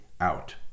out